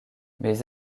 mais